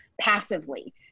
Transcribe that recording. passively